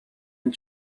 and